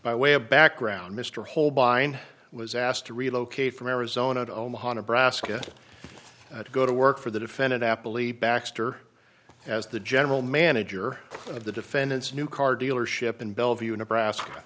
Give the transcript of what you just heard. by way of background mr holbein was asked to relocate from arizona to omaha nebraska to go to work for the defendant happily baxter as the general manager of the defendant's new car dealership in bellevue nebraska